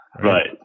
Right